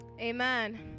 Amen